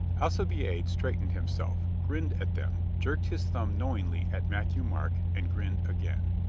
alcibiade straightened himself, grinned at them, jerked his thumb knowingly at matthieu-marc, and grinned again.